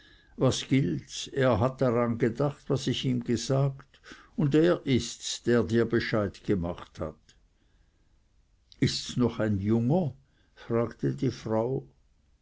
was gilts er hat dran gedacht was ich ihm gesagt und er ists der dir bescheid gemacht hat ists noch ein junger fragte die frau